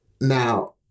Now